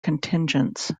contingents